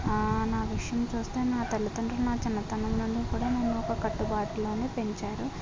నా విషయం చూస్తే నా తల్లిదండ్రులు నా చిన్నతనం నుంచి కూడా నన్ను ఒక కట్టుబాటులోనే పెంచారు